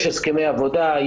יש הסכמי עבודה,